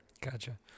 Gotcha